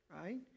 right